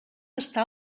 està